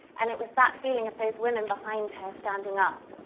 and it was that feeling of those women behind her standing up,